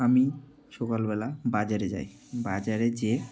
আমি সকালবেলা বাজারে যাই বাজারে যেয়ে